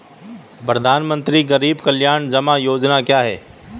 प्रधानमंत्री गरीब कल्याण जमा योजना क्या है?